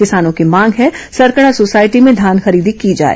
किसानों की मांग है सरकडा सोसायटी में धान खरीदी की जाए